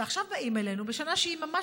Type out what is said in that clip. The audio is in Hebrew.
ועכשיו באים אלינו בשנה שהיא ממש,